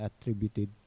attributed